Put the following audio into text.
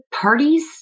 parties